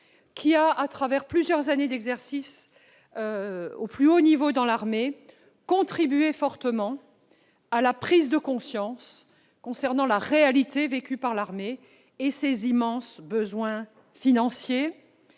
qui a, durant plusieurs années d'exercice au plus haut niveau de l'armée, contribué fortement à la prise de conscience de la réalité vécue par l'armée et de ses immenses besoins financiers.